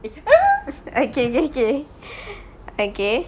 ah lah okay okay okay okay